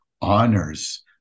honors